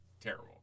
terrible